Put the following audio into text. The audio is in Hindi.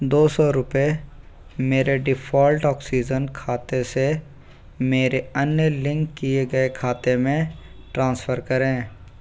दो सौ रुपये मेरे डिफ़ॉल्ट ऑक्सीजन खाते से मेरे अन्य लिंक किए गए खाते में ट्रांसफ़र करें